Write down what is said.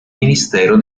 ministero